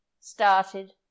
started